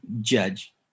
judge